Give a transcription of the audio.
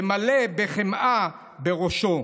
ומלא בחמאה בראשו.